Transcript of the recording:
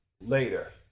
later